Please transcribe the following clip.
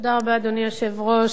אדוני היושב-ראש,